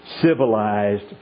civilized